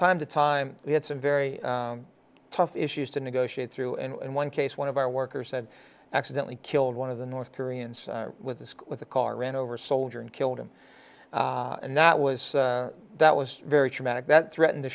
time to time we had some very tough issues to negotiate through and one case one of our workers had accidentally killed one of the north koreans with this with a car ran over soldier and killed him and that was that was very traumatic that threaten to